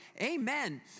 Amen